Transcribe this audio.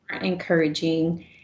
encouraging